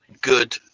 good